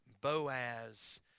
Boaz